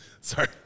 Sorry